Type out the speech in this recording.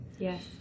Yes